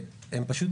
גם בתור תושב,